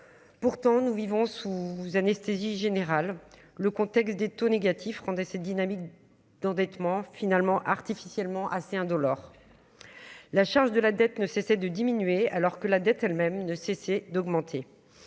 pourtant nous vivons sous anesthésie générale, le contexte des taux négatifs rendait cette dynamique d'endettement finalement artificiellement assez indolore, la charge de la dette ne cessait de diminuer alors que la dette elle-même, de cesser d'augmenter,